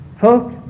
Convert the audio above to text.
Folk